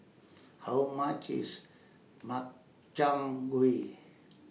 How much IS Makchang Gui